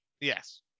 Yes